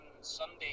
Sunday